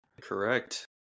Correct